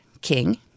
King